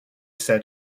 said